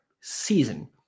season